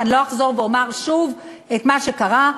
ואני לא אחזור ואומר שוב מה שקרה,